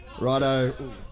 Righto